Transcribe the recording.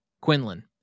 Quinlan